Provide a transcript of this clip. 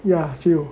ya I feel